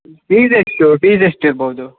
fees ಎಷ್ಟು fees ಎಷ್ಟು ಇರ್ಬೋದು